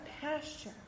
pasture